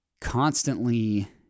constantly